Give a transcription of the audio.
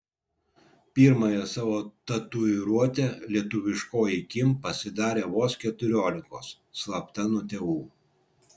pirmąją savo tatuiruotę lietuviškoji kim pasidarė vos keturiolikos slapta nuo tėvų